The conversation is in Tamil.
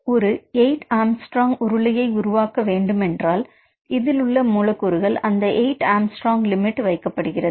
ஆகவே ஒரு 8 A ஆம்ஸ்ட்ராங் உருளையை உருவாக்க வேண்டுமென்றால் இதில் உள்ள மூலக்கூறுகள் அந்த 8 A ஆம்ஸ்ட்ராங் லிமிட் வைக்கப்படுகிறது